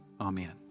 Amen